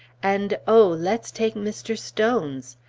and oh! let's take mr. stone's!